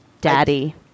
Daddy